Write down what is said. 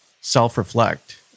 self-reflect